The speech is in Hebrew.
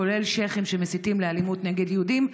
כולל שייח'ים שמסיתים לאלימות נגד יהודים,